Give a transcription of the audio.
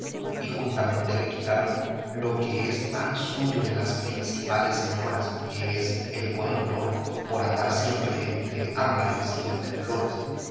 y juntamente le quitaron lo que es tan suyo de las principales señoras que es el buen olor por andar siempre entre ámbares y entre flores